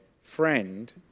friend